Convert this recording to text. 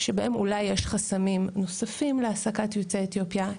שבהם אולי יש חסמים נוספים להעסקת יוצאי אתיופיה,